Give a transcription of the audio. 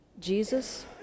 Jesus